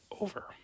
over